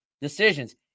decisions